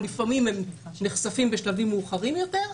לפעמים הם נחשפים בשלבים מאוחרים יותר,